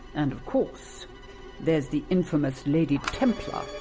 and of course there's the infamous lady templar.